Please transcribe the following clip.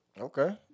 Okay